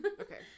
Okay